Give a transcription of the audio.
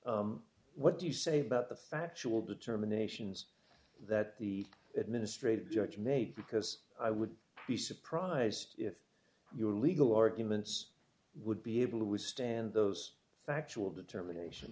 what do you say about the factual determinations that the administrative judge made because i would be surprised if your legal arguments would be able to withstand those facts will determination